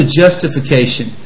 justification